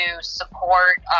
support